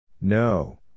no